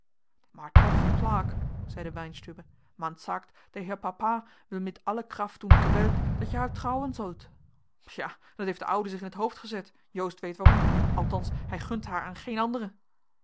maar toch plaek zeide weinstübe man sagt der her papa wil mit alle kraft und keweld dat je haar trauwen solt ja dat heeft de ouwe zich in t hoofd gezet joost weet waarom althans hij gunt haar aan geen andere